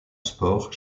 sport